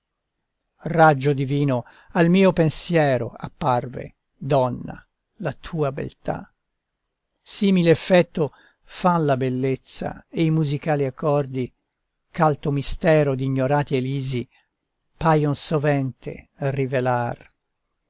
sole raggio divino al mio pensiero apparve donna la tua beltà simile effetto fan la bellezza e i musicali accordi ch'alto mistero d'ignorati elisi paion sovente rivelar